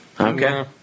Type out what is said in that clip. Okay